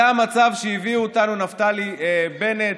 זה המצב שהביאו אותנו אליו נפתלי בנט,